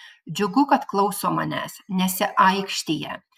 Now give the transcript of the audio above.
džiugu kad klauso manęs nesiaikštija